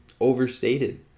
overstated